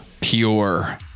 pure